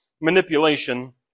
manipulation